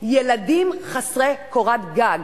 ילדים חסרי קורת גג,